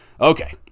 Okay